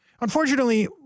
unfortunately